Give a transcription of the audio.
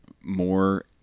more